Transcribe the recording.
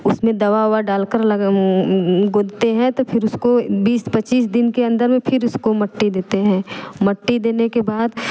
उसमें दवा उवा डालकर गुथते हैं तो फिर उसको बीस पचीस दिन के अंदर में फिर उसको मिट्टी देते हैं मिट्टी देने के बाद